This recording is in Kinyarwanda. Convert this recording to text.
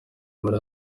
muri